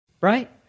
Right